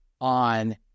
on